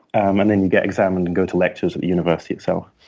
um and then you get examined and go to lectures at the university itself.